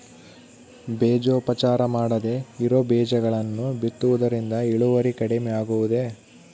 ಬೇಜೋಪಚಾರ ಮಾಡದೇ ಇರೋ ಬೇಜಗಳನ್ನು ಬಿತ್ತುವುದರಿಂದ ಇಳುವರಿ ಕಡಿಮೆ ಆಗುವುದೇ?